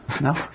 No